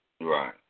Right